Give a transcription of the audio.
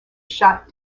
shot